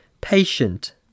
patient